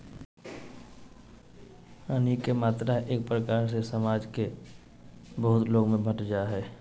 हानि के मात्रा एक प्रकार से समाज के बहुत लोग में बंट जा हइ